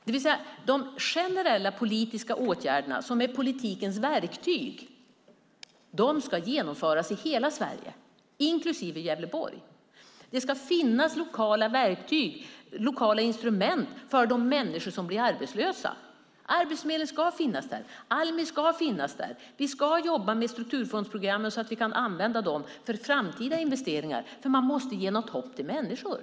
De generella politiska åtgärderna, som är politikens verktyg, ska genomföras i hela Sverige, inklusive Gävleborg. Det ska finnas lokala verktyg och lokala instrument för de människor som blir arbetslösa. Arbetsförmedlingen ska finnas där. Almi ska finnas där. Vi ska jobba med strukturfondsprogrammen, så att vi kan använda dem för framtida investeringar, för man måste ge hopp till människor.